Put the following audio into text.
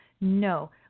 No